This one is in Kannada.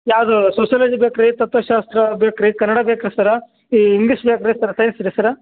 ಯಾವುದು ಸೋಷ್ಯಲಜಿ ಬೇಕಾ ರೀ ತತ್ವಶಾಸ್ತ್ರ ಬೇಕಾ ರೀ ಕನ್ನಡ ಬೇಕಾ ರೀ ಸರ್ರಾ ಈ ಇಂಗ್ಲೀಷ್ ಬೇಕಾ ರೀ ಸರ್ರ ಸೈನ್ಸ್ ರೀ ಸರ್ರ